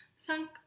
thank